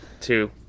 two